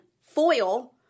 foil